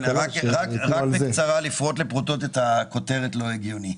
אני רוצה בקצרה לפרוט לפרוטות את חוסר ההיגיון.